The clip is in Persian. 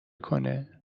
کنه